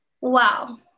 wow